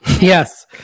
Yes